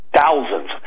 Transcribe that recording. thousands